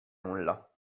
nulla